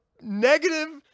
negative